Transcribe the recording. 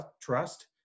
trust